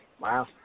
Wow